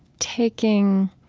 taking,